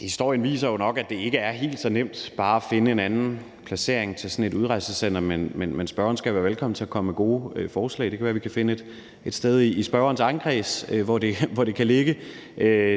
Historien viser jo nok, at det ikke er helt så nemt bare at finde en anden placering til sådan et udrejsecenter, men spørgeren skal være velkommen til at komme med gode forslag. Det kan være, vi kan finde et sted i spørgerens egen valgkreds, hvor det kan ligge.